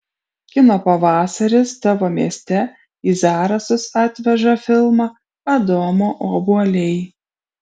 kino pavasaris tavo mieste į zarasus atveža filmą adomo obuoliai